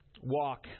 Walk